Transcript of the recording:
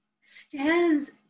stands